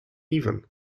even